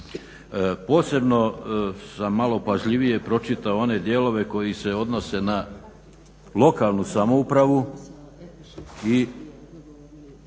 Posebno sam malo pažljivije pročitao one dijelove koji se odnose na lokalnu samoupravu i